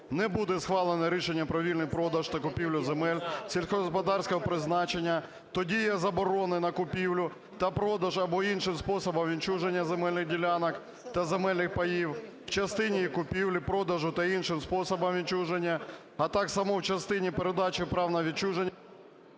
не буде схвалено рішення про вільний продаж та купівлю земель сільськогосподарського призначення, то дія заборони на купівлю та продаж або іншим способом відчуження земельних ділянок та земельних паїв, в частині їх купівлі-продажу та іншим способом відчуження, а так само в частині передачі прав на відчуження…".